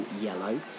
yellow